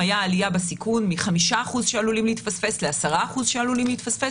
הייתה עלייה בסיכון מ-5% שעלולים להתפספס ל-10% שעלולים להתפספס.